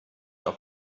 auf